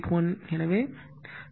81 எனவே 3 6